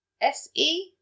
S-E